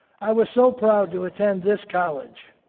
i was so proud to attend this college.